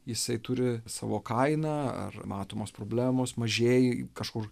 jisai turi savo kainą ar matomos problemos mažieji kažkur